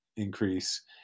increase